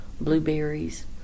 blueberries